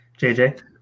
jj